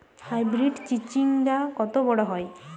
Hybrid চিচিংঙ্গা কত বড় হয়?